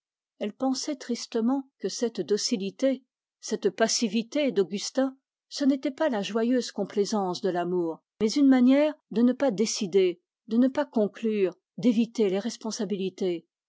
elle pensait tristement que cette passivité d'augustin ce n'était pas la joyeuse complaisance de l'amour mais une manière de ne pas conclure d'éviter les responsabilités